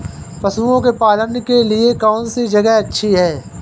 पशुओं के पालन के लिए कौनसी जगह अच्छी है?